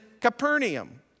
Capernaum